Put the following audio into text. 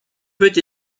peut